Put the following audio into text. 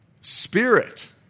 Spirit